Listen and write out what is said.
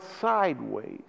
sideways